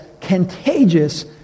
contagious